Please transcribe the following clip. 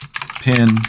pin